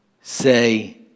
say